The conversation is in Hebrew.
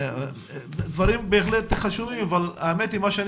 דברים בהחלט חשובים אבל האמת ממה שאני